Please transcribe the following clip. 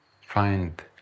find